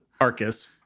Arcus